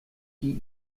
die